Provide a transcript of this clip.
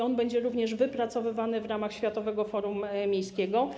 On będzie również wypracowywany w ramach Światowego Forum Miejskiego.